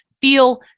feel